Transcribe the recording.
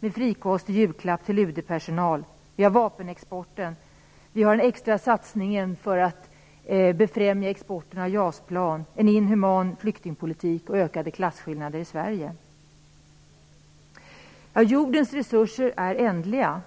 och frikostig julklapp till UD-personal, vapenexporten, den extra satsningen för att befrämja exporten av JAS-plan, inhuman flyktingpolitik samt ökade klasskillnader i Sverige. Jordens resurser är ändliga.